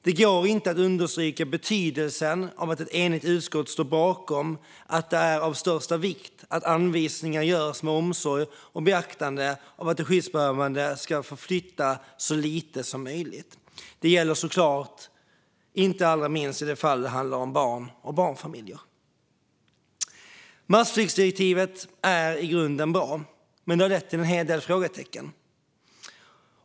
Det går inte att nog understryka betydelsen av att ett enigt utskott står bakom att det är av största vikt att anvisningar görs med omsorg och beaktande av att de skyddsbehövande ska få flytta så lite som möjligt. Det gäller såklart inte minst i de fall det handlar om barn och barnfamiljer. Massflyktsdirektivet är i grunden bra, men det har lett till en hel del frågetecken.